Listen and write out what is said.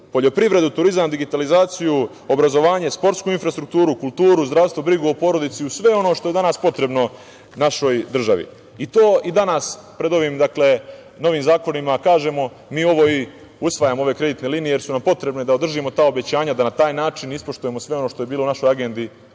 poljoprivredu, turizam, digitalizaciju, obrazovanje, sportsku infrastrukturu, kulturu, zdravstvo, brigu o porodici i u sve ono što je danas potrebno našoj državi. To i danas pred ovim novim zakonima kažemo, mi usvajamo ove kreditne linije jer su nam potrebne da održimo ta obećanja, da na taj način ispoštujemo sve ono što je bilo u našoj agendi